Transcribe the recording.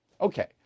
Okay